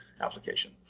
application